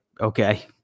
Okay